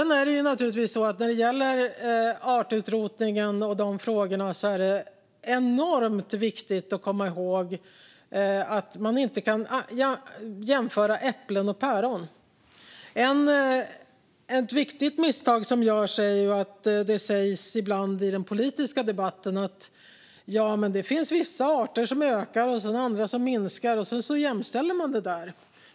När det gäller artutrotningen och de frågorna är det naturligtvis enormt viktigt att komma ihåg att man inte kan jämföra äpplen och päron. Ett viktigt misstag som ibland görs i den politiska debatten är att det sägs att vissa arter ökar och andra minskar, och så jämställer man detta.